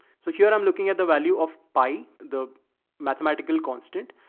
so here, i'm looking at the value of pi the mathematical constant,